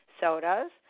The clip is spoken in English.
sodas